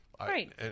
Right